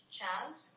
chance